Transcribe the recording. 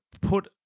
put